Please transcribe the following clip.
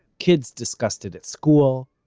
kids discussed it at school,